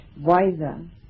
wiser